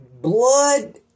blood